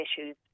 issues